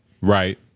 right